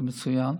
זה מצוין.